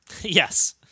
Yes